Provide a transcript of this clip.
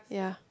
yeah